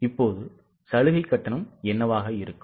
இப்போது சலுகைக் கட்டணம் என்னவாக இருக்கும்